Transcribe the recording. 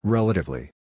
Relatively